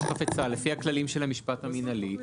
חפצה לפי הכללים של המשפט המינהלי,